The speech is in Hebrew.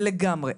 לגמרי.